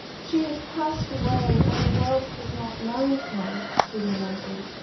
she has passed away, and the world has not known her, she lamented.